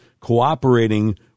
cooperating